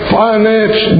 finance